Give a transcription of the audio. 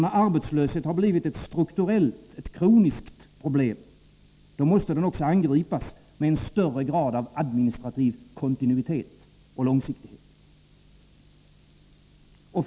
När arbetslösheten har blivit ett kroniskt och strukturellt problem måste den också angripas med större administrativ kontinuitet och långsiktighet.